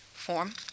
form